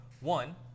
One